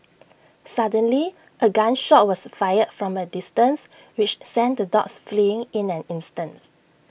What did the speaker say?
suddenly A gun shot was fired from A distance which sent the dogs fleeing in an instant